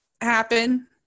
happen